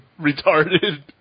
Retarded